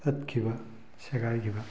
ꯇꯠꯈꯤꯕ ꯁꯦꯒꯥꯏꯈꯤꯕ